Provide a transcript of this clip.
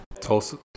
tulsa